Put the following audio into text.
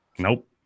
Nope